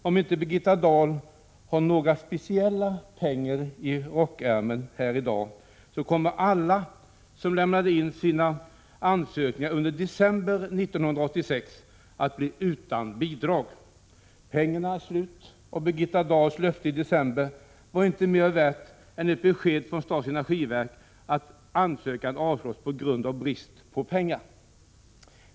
Om inte Birgitta Dahl har några speciella pengar i ärmen i dag, så kommer alla som lämnade in sina ansökningar under december 1986 att bli utan bidrag. 29 Pengarna är slut, och Birgitta Dahls löfte i december var inte mer värt än ett besked från statens energiverk om att ansökan avslås på grund av brist på pengar.